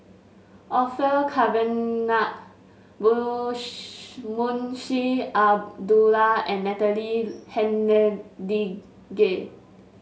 Orfeur Cavenagh Munshi Abdullah and Natalie Hennedige